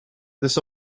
this